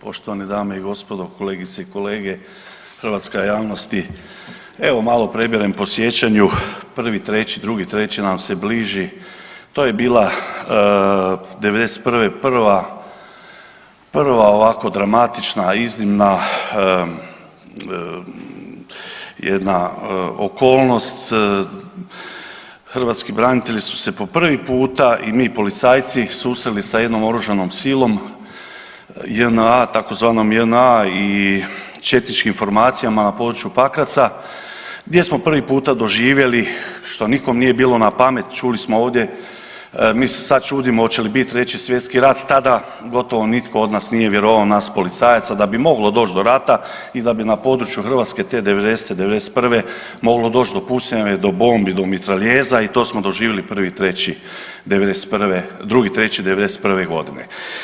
Poštovane dame i gospodo, kolegice i kolege, hrvatska javnosti, evo malo prebirem po sjećanju 1.3., 2.3. nam se bliži to je bila '91. prva, prva ovako dramatična, iznimna jedna okolnost hrvatski branitelji su se po prvi puta i mi policajci susreli sa jednom oružanom silom JNA, tzv. JNA i četničkim formacijama na području Pakraca, gdje smo prvi puta doživjeli što nikom nije bilo na pameti, čuli smo ovdje mi se sad čudimo hoće li biti 3. Svjetski rat, tada gotovo nitko od nas nije vjerovao, nas policajaca da bi moglo doći do rata i da bi na području Hrvatske te '90.-te, '91. moglo doći do pucnjave, do bombi, do mitraljeza i to smo doživjeli 1.3.'91., 2.3.'91. godine.